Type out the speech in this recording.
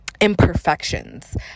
imperfections